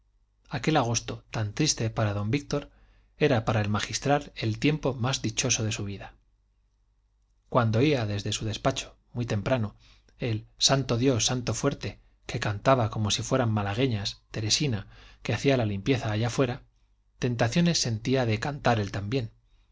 aquel agosto tan triste para don víctor era para el magistral el tiempo más dichoso de su vida cuando oía desde su despacho muy temprano el santo dios santo fuerte que cantaba como si fueran malagueñas teresina que hacía la limpieza allá fuera tentaciones sentía de cantar él también